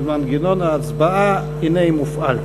מנגנון ההצבעה, הנה, מופעל.